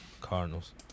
Cardinals